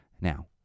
Now